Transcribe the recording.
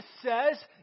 says